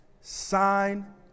sign